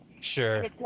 Sure